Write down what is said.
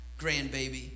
grandbaby